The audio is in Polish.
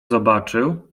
zobaczył